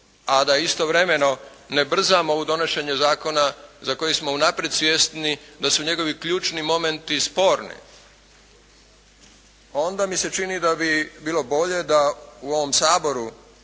a da istovremeno ne brzamo u donošenje zakona za koji smo unaprijed svjesni da su njegovi ključni momenti sporni, onda mi se čini da bi bilo bolje da u ovom Saboru,